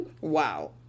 Wow